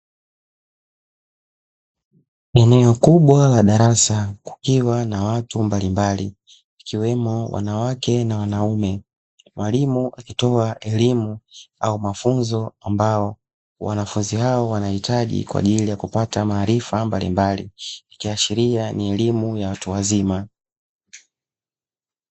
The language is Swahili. Eneo kubwa la darasa kukiwa na watu mbalimbali ikiwemo wanawake na wanaume, mwalimu akitoa elimu au mafunzo ambao wanafunzi hao wanahitaji kwaajili yakupata maarifa mbalimbali ikiashiria ni elimu ya watu wazima.